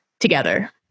together